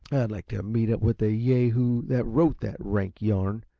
i'd like to meet up with the yahoo that wrote that rank yarn!